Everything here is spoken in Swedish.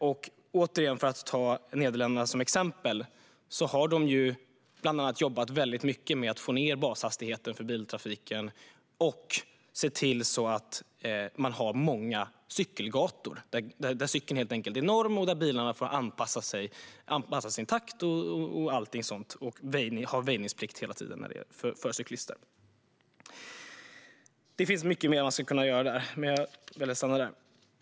För att återigen ta Nederländerna som exempel har de bland annat jobbat väldigt mycket med få ned bashastigheten för biltrafiken och se till att man har många cykelgator där cykeln helt enkelt är norm och bilarna får anpassa sin takt och allting sådant och ha väjningsplikt hela tiden för cyklister. Det finns mycket mer man skulle kunna göra, men jag väljer att stanna där.